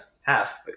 half